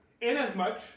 Inasmuch